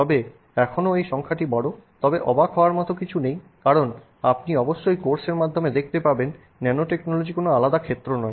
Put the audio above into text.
তবে এখনও এই সংখ্যাটি বড় তবে অবাক হওয়ার মতো কিছু নেই কারণ আপনি অবশ্যই কোর্সের মাধ্যমে দেখতে পাবেন ন্যানোটেকনোলজি কোনও আলাদা ক্ষেত্র নয়